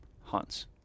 hunts